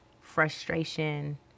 frustration